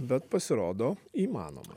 bet pasirodo įmanomas